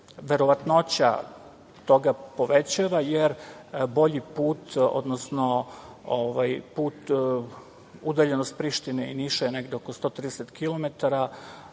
verovatnoća toga povećava, jer bolji put, odnosno udaljenost Prištine i Niša je negde oko 130 km,